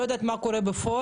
לא יודעת מה קורה בפועל,